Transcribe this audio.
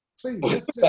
please